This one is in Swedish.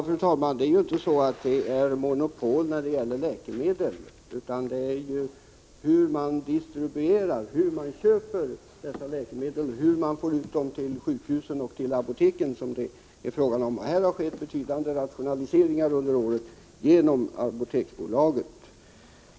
Fru talman! Det är ju inte så att det råder något monopol när det gäller läkemedel. Vad det gäller är hur man köper läkemedel och hur man distribuerar dem till sjukhusen och apoteken. Här har under åren skett betydande rationaliseringar genom Apoteksbolaget.